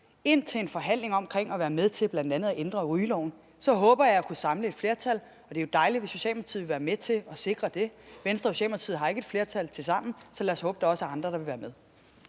ind til en forhandling om at være med til bl.a. at ændre rygeloven. Så håber jeg at kunne samle et flertal, og det er jo dejligt, hvis Socialdemokratiet vil være med til at sikre det. Venstre og Socialdemokratiet har ikke et flertal tilsammen, så lad os håbe, at der også er andre, der vil være med.